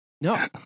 No